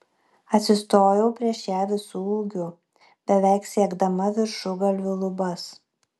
atsistojau prieš ją visu ūgiu beveik siekdama viršugalviu lubas